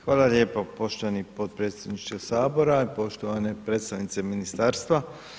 Hvala lijepa poštovani podpredsjedniče sabora, poštovane predstavnice ministarstva.